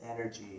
energy